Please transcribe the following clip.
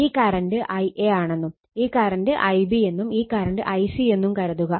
ഈ current Ia ആണെന്നും ഈ കറണ്ട് Ib എന്നും ഈ കറണ്ട് ic എന്നും കരുതുക